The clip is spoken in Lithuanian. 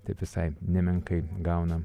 taip visai nemenkai gauna